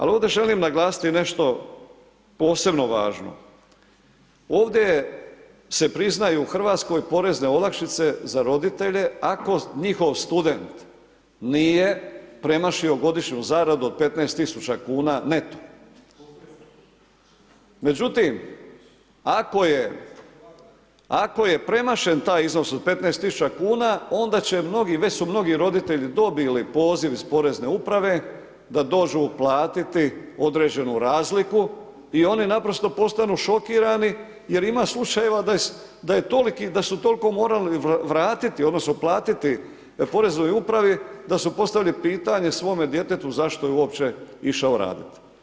Ali ovdje želim naglasiti nešto posebno važno, ovdje se priznaju u Hrvatskoj porezne olakšice za roditelje ako njihov student nije premašio godišnju zaradu od 15.000 kuna neto, međutim ako je premašen taj iznos od 15.000 kuna onda će mnogi, već su mnogi roditelji dobili poziv iz Porezne uprave da dođu uplatiti određenu razliku i oni naprosto postanu šokirani jer ima slučajeva da je, da su toliko morali vratiti odnosno platiti Poreznoj upravi da su postavili pitanje svome djetetu zašto je uopće išao raditi.